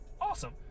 Awesome